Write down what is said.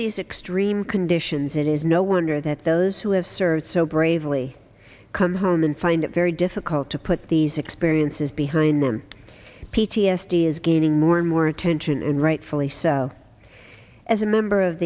these extreme conditions it is no wonder that those who have served so bravely come home and find it very difficult to put these experiences behind them p t s d is gaining more and more attention and rightfully so as a member of